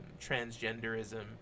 transgenderism